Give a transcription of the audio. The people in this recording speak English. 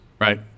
Right